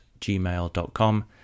gmail.com